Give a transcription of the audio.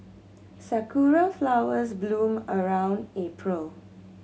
sakura flowers bloom around April